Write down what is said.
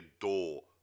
door